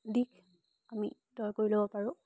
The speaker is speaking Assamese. দিশ আমি তয় কৰি ল'ব পাৰোঁ